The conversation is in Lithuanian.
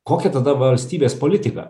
kokia tada valstybės politika